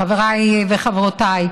חבריי וחברותיי,